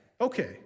Okay